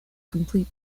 complete